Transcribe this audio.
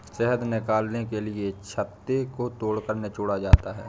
शहद निकालने के लिए छत्ते को तोड़कर निचोड़ा जाता है